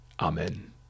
Amen